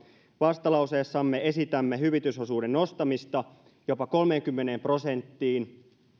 vastalauseessamme esitämme hyvitysosuuden nostamista jopa kolmeenkymmeneen prosenttiin